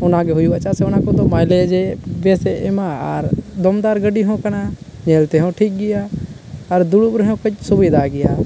ᱚᱱᱟ ᱜᱮ ᱦᱩᱭᱩᱜᱼᱟ ᱪᱮᱫᱟᱜ ᱥᱮ ᱚᱱᱟ ᱠᱚᱫᱚ ᱢᱟᱭᱞᱮᱡᱮ ᱵᱮᱥᱤ ᱮᱢᱟ ᱟᱨ ᱫᱚᱢᱫᱟᱨ ᱜᱟᱹᱰᱤ ᱦᱚᱸ ᱠᱟᱱᱟ ᱧᱮᱞ ᱛᱮ ᱦᱚᱸ ᱴᱷᱤᱠ ᱜᱮᱭᱟ ᱟᱨ ᱫᱩᱲᱩᱵ ᱨᱮ ᱦᱚᱸ ᱠᱟᱹᱡ ᱥᱩᱵᱤᱫᱟ ᱜᱮᱭᱟ